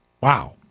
Wow